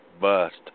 bust